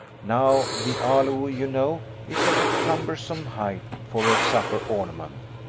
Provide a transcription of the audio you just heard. now the aloe, you know, is of a cumbersome height for a supper ornament.